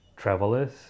Travelers